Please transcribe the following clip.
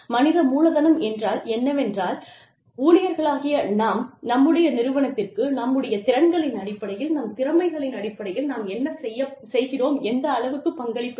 மனித மூலதனம் என்றால் என்னவென்றால் ஊழியர்களாகிய நாம் நம்முடைய நிறுவனத்திற்கு நம்முடைய திறன்களின் அடிப்படையில் நம் திறமைகளின் அடிப்படையில் நாம் என்ன செய்கிறோம் எந்த அளவுக்குப் பங்களிப்பு செய்கிறோம்